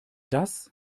das